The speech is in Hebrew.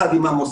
ביחד עם המוסד,